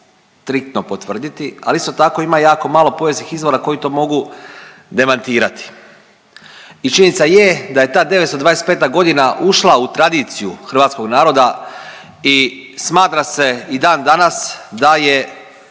striktno potvrditi, ali isto tako ima jako malo povijesnih izvora koji to mogu demantirati. I činjenica je da je ta 925. godina ušla u tradiciju hrvatskog naroda i smatra se i dan danas da je